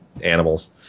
animals